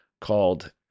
called